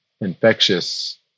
infectious